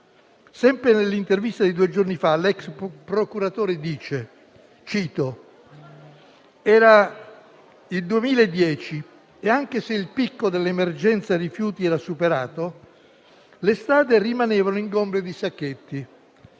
Sempre nell'intervista di due giorni fa l'ex procuratore dice: «Era il 2010 e anche se il picco dell'emergenza rifiuti era superato, le strade rimanevano ingombre di sacchetti.